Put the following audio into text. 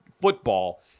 football